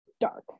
dark